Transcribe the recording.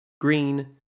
green